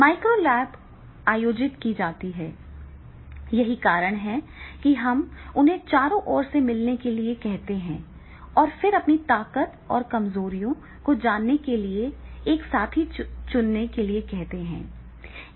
micro lab आयोजित की जाती है यही कारण है कि हम उन्हें चारों ओर से मिलने के लिए कहते हैं और फिर अपनी ताकत और कमजोरियों को जानने के लिए एक साथी चुनने के लिए कहते हैं